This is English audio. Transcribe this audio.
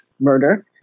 murder